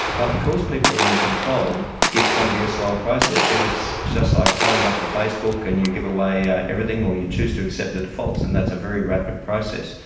but because people are in control it's going to be a slower process. if it's just like signing up to facebook and you give away yeah everything or you choose to accept the defaults then and that's a very rapid process.